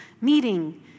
meeting